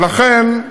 ולכן,